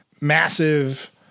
massive